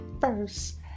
first